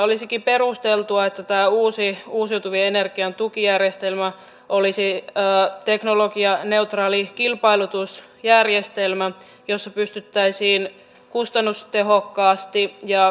olisikin perusteltua että tämä uusi uusiutuvan energian tukijärjestelmä olisi teknologianeutraali kilpailutusjärjestelmä jossa pystyttäisiin kustannustehokkaasti ja kustannustasoa ennakolta